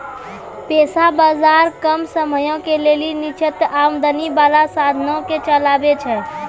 पैसा बजार कम समयो के लेली निश्चित आमदनी बाला साधनो के चलाबै छै